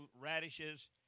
radishes